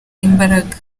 imbaraga